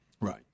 Right